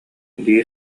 дии